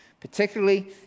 Particularly